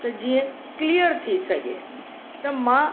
त जीअं क्लीअर थी सघे त मां